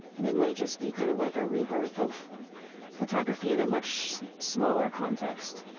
and it might just be kind of like a rebirth of photography in a much smaller context.